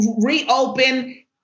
reopen